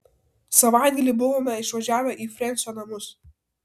savaitgalį buvome išvažiavę į frensio namus